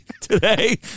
today